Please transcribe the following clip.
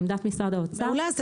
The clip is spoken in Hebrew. ועמדת משרד האוצר -- מעולה,